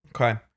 Okay